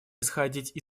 исходить